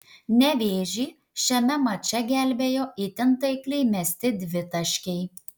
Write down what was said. nevėžį šiame mače gelbėjo itin taikliai mesti dvitaškiai